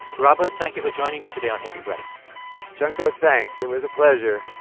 robert thank you for joining me today on hidden brain shankar, thanks. it was a pleasure